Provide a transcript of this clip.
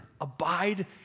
Abide